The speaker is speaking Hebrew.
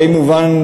די מובן,